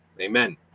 Amen